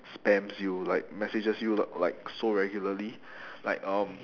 spams you like messages you like like so regularly like um